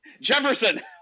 Jefferson